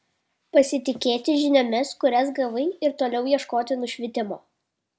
pasitikėk žiniomis kurias gavai ir toliau ieškok nušvitimo